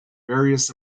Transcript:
various